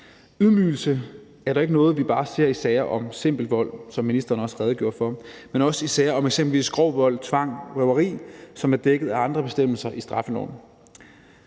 Ydmygelse er dog ikke noget, vi bare ser i sager om simpel vold, hvilket ministeren også redegjorde for, men også i sager om eksempelvis grov vold, tvang og røveri, som er dækket af andre bestemmelser i straffeloven.